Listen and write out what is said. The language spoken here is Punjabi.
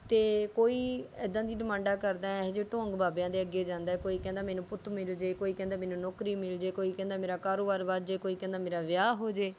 ਅਤੇ ਕੋਈ ਇੱਦਾਂ ਦੀ ਡਿਮਾਂਡਾਂ ਕਰਦਾ ਹੈ ਇਹੋ ਜਿਹੇ ਢੌਂਗ ਬਾਬਿਆਂ ਦੇ ਅੱਗੇ ਜਾਂਦਾ ਹੈ ਕੋਈ ਕਹਿੰਦਾ ਹੈ ਮੈਨੂੰ ਪੁੱਤ ਮਿਲ ਜਾਵੇ ਕੋਈ ਕਹਿੰਦਾ ਹੈ ਮੈਨੂੰ ਨੌਕਰੀ ਮਿਲ ਜਾਵੇ ਕੋਈ ਕਹਿੰਦਾ ਹੈ ਮੇਰਾ ਕਾਰੋਬਾਰ ਵੱਧ ਜਾਵੇ ਕੋਈ ਕਹਿੰਦਾ ਹੈ ਮੇਰਾ ਵਿਆਹ ਹੋ ਜਾਵੇ